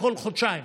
כל חודשיים,